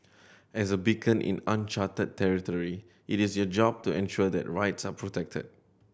as a beacon in uncharted territory it is your job to ensure that rights are protected